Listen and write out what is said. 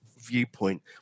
viewpoint